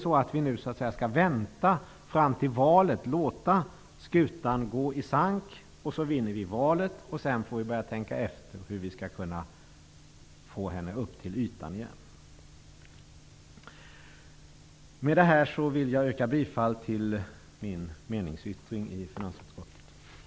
Skall vi vänta fram till valet och låta skutan gå i sank för att sedan vinna valet och då börja tänka efter hur vi skall få henne upp till ytan igen? Med detta vill jag yrka bifall till min meningsyttring till finansutskottets betänkande.